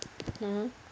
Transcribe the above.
mmhmm